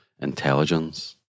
intelligence